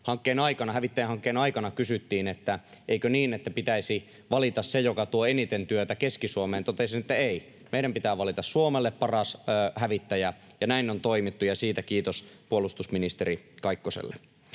hävittäjähankkeen aikana kysyttiin, että eikö niin, että pitäisi valita se, joka tuo eniten työtä Keski-Suomeen, totesin, että ei. Meidän pitää valita Suomelle paras hävittäjä, ja näin on toimittu, ja siitä kiitos puolustusministeri Kaikkoselle.